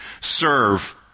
serve